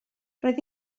roedd